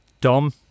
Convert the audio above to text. Dom